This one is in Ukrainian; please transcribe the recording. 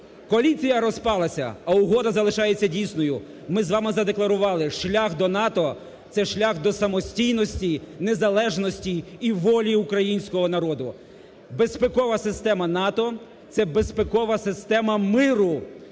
коаліція розпалася, а угода залишається дійсною, - ми з вами задекларували: шлях до НАТО – це шлях до самостійності, незалежності і волі українського народу. Безпекова система НАТО – це безпекова система миру.